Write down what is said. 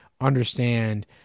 Understand